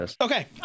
okay